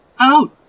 Out